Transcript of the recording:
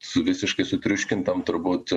su visiškai sutriuškintam turbūt